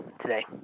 today